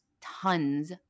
tons